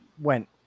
went